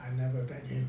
I never met him